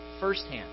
firsthand